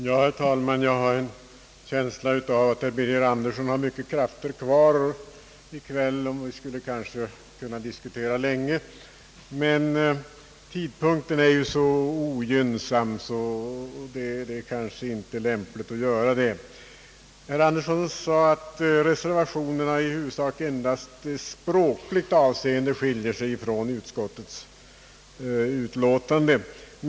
Herr talman! Jag har en känsla av att herr Birger Andersson har mycket krafter kvar i kväll, och vi skulle kanske kunna diskutera länge, men tidpunkten är ju ogynnsam, och det är kanske inte lämpligt. Herr Andersson sade att reservationerna i huvudsak endast i språkligt avseende skiljer sig från utskottets utlåtande.